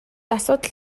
асуудал